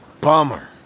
Bummer